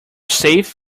safe